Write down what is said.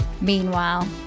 Meanwhile